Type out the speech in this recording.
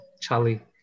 charlie